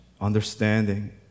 understanding